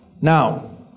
Now